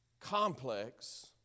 complex